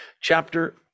Chapter